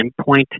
endpoint